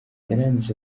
yarangije